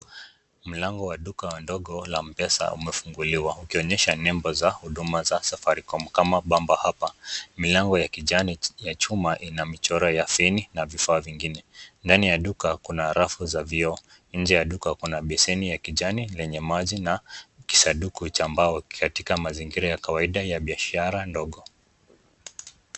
Mlango wa duka ndogo la M-pesa , umefunguliwa ukionyesha nembo za huduma za Safaricom kama Bamba hapa, malngi ya kijani ya chuma ina michoro ya feni na vifaa vingine, ndani ya duka kuna arafu ya vioo, nje ya duka kuna beseni ya kijani lenye maji na , sanduku la mbao katika mazingira ya kawaida ya biashara ndogo.